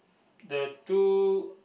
the two